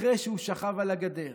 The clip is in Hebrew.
אחרי שהוא שכב על הגדר